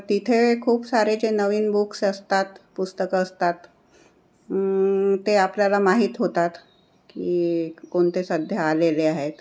तिथे खूप सारे नवीन बुक्स असतात पुस्तकं असतात ते आपल्याला माहीत होतात की कोणते सध्या आलेले आहेत